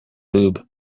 lube